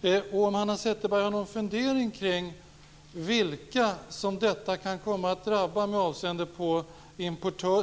Jag undrar om Hanna Zetterberg har någon fundering kring vilka detta kan komma att drabba med avseende på